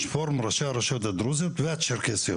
פורום ראשי הרשויות הדרוזיות והצ'רקסיות.